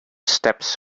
steps